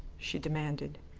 she demanded.